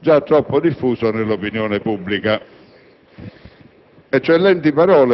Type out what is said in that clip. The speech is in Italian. già troppo diffuso nell'opinione pubblica».